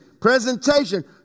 presentation